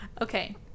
Okay